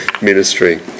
ministry